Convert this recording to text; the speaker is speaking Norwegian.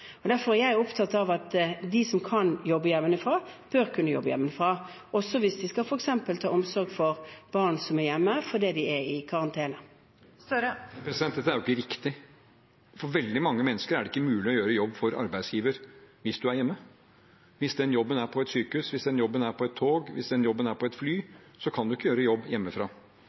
Derfor er jeg opptatt av at de som kan jobbe hjemmefra, bør kunne jobbe hjemmefra – også hvis de f.eks. skal ha omsorg for barn som er hjemme fordi de er i karantene. Jonas Gahr Støre – til oppfølgingsspørsmål. Men dette er jo ikke riktig. For veldig mange mennesker er det ikke mulig å gjøre en jobb for arbeidsgiveren hvis man er hjemme. Hvis den jobben er på et sykehus, hvis den jobben er på et tog, hvis den jobben er på et fly, kan man ikke gjøre jobben hjemmefra.